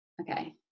Okay